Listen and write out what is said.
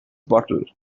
bottle